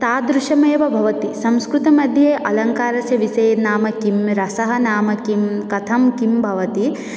तादृशम् एव भवति संस्कृतमध्ये अलङ्कारस्य विषये नाम किं रसः नाम किं कथं किं भवति